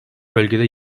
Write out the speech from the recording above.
bölgede